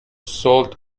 sold